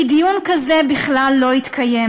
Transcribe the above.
כי דיון כזה בכלל לא התקיים.